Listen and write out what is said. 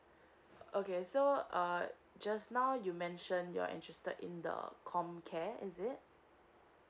okay so uh just now you mention you are interested in the comcare is it